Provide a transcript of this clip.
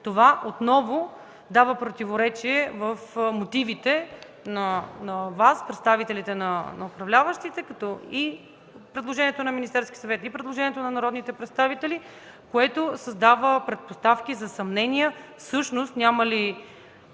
Това отново дава противоречие в мотивите на Вас, представителите на управляващите – и предложението на Министерския съвет, и предложението на народните представители, което създава предпоставки за съмнения всъщност няма ли